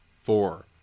four